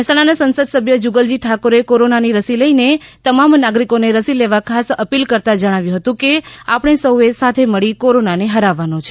મહેસાણાના સંસદ સભ્ય જુગલજી ઠાકોરે કોરોનાની રસી લઈને તમામ નાગરિકોને રસી લેવા ખાસ અપીલ કરતા જણાવ્યું હતું કે આપણે સૌએ સાથે મળી કોરોનાને હરાવવાનો છે